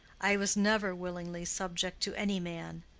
i was never willingly subject to any man.